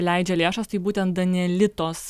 leidžia lėšas tai būtent danielitos